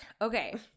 okay